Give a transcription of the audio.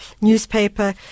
newspaper